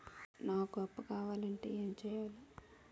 నాకు అప్పు కావాలి అంటే ఎం చేయాలి?